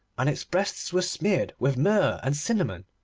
and its breasts were smeared with myrrh and cinnamon.